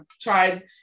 tried